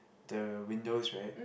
there windows right